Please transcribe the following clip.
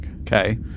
Okay